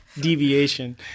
deviation